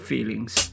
Feelings